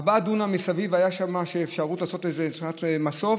ארבעה דונם מסביב הייתה אפשרות לעשות איזו תחנת מסוף.